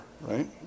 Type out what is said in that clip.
right